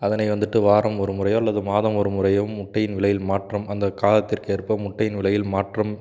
அதனை வந்துவிட்டு வாரம் ஒரு முறையோ அல்லது மாதம் ஒரு முறையோ முட்டையின் விலையில் மாற்றம் அந்தக் காலத்திற்கேற்ப முட்டையின் விலையில் மாற்றம்